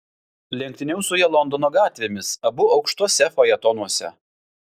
lenktyniaus su ja londono gatvėmis abu aukštuose fajetonuose